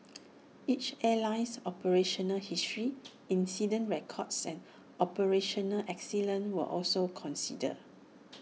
each airline's operational history incident records and operational excellence were also considered